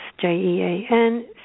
J-E-A-N